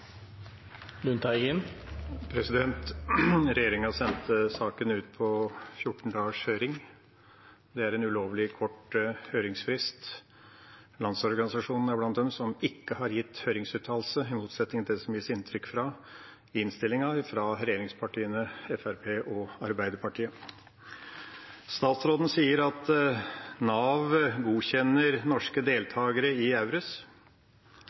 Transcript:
en ulovlig kort høringsfrist. Landsorganisasjonen er blant dem som ikke har gitt høringsuttalelse, i motsetning til det som det gis inntrykk av i innstillinga fra regjeringspartiene, Fremskrittspartiet og Arbeiderpartiet. Statsråden sier at Nav godkjenner norske deltakere i